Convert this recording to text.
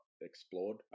explored